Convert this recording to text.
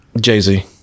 Jay-Z